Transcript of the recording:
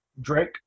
Drake